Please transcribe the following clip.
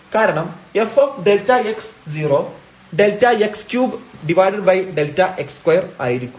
കാരണം fΔx0 Δx3Δx2 ആയിരിക്കും